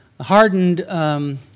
hardened